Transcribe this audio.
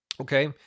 okay